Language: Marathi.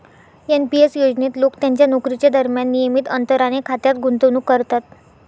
एन.पी एस योजनेत लोक त्यांच्या नोकरीच्या दरम्यान नियमित अंतराने खात्यात गुंतवणूक करतात